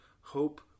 Hope